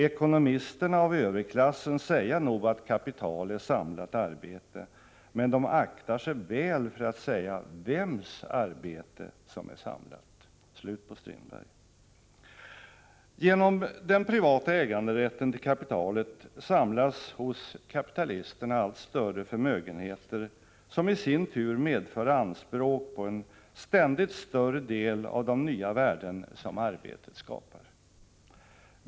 —-- Ekonomisterna av överklassen säga nog att kapital är samlat arbete, men de akta sig väl för att säga vems arbete som är samlat.” Genom den privata äganderätten till kapitalet samlas hos kapitalisterna allt större förmögenheter, som i sin tur medför anspråk på en ständigt större del av de nya värden som arbetet skapar.